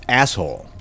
asshole